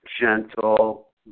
gentle